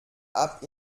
app